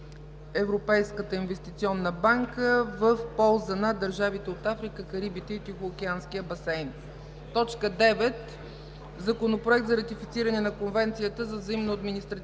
Европейската инвестиционна банка в полза на държавите от Африка, Карибите и Тихоокеанския басейн. 9. Законопроект за ратифициране на Конвенцията за взаимно административно